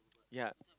yea